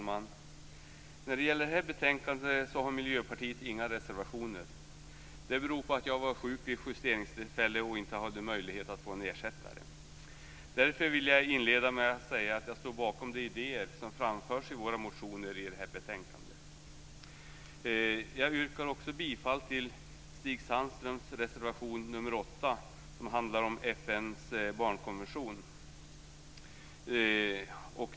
Herr talman! I det här betänkandet har Miljöpartiet inga reservationer. Det beror på att jag var sjuk vid justeringstillfället och inte hade möjlighet att få en ersättare. Därför vill jag inleda med att säga att jag står bakom de idéer som framförs i våra motioner i det här betänkandet. Jag yrkar också bifall till Stig Sandströms reservation nr 8 som handlar om FN:s barnkonvention.